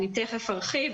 תיכף ארחיב,